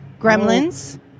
Gremlins